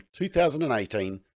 2018